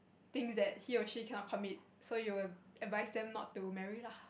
thinks that he or she cannot commit so you will advise them not to marry lah